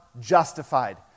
justified